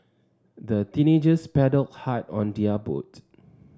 the teenagers paddled hard on their boat